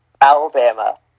Alabama